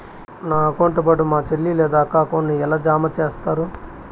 నా అకౌంట్ తో పాటు మా చెల్లి లేదా అక్క అకౌంట్ ను ఎలా జామ సేస్తారు?